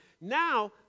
Now